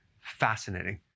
Fascinating